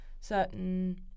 certain